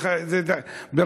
כן כן, אדוני.